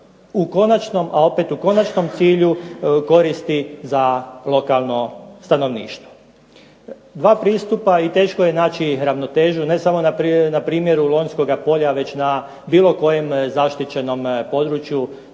cilja. A opet u konačnom cilju koristi za lokalno stanovništvo. Dva pristupa i teško je naći ravnotežu ne samo na primjeru Lonjskoga polja već na bilo kojem zaštićenom području,